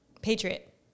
Patriot